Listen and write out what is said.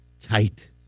Tight